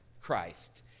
christ